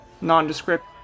nondescript